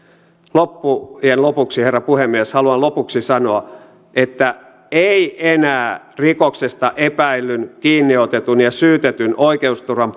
loppujen lopuksi herra puhemies haluan sanoa että ei enää rikoksesta epäillyn kiinniotetun ja syytetyn oikeusturvan